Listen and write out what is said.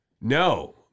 No